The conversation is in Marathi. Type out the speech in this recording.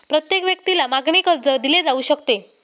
प्रत्येक व्यक्तीला मागणी कर्ज दिले जाऊ शकते